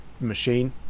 machine